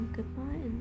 Goodbye